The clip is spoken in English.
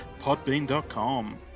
Podbean.com